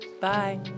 Bye